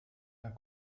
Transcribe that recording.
herr